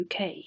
UK